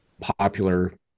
popular